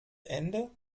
ende